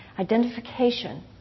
Identification